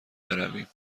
برویم